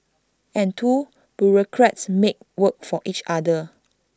and two bureaucrats make work for each other